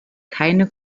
keine